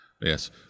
Yes